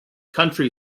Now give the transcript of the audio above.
country